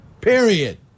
Period